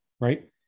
right